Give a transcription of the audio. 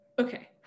Okay